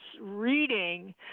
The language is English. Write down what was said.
reading